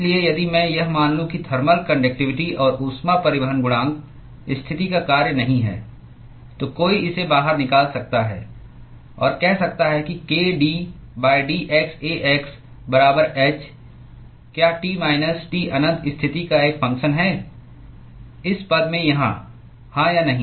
इसलिए यदि मैं यह मान लूं कि थर्मल कान्डक्टिवटी और ऊष्मा परिवहन गुणांक स्थिति का कार्य नहीं है तो कोई इसे बाहर निकाल सकता है और कह सकता है कि k d dx A x बराबर h क्या T माइनस T अनंत स्थिति का एक फंगक्शन है इस पद में यहाँ हाँ या नहीं